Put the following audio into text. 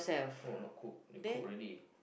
no no cook they cook already